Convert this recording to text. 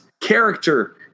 Character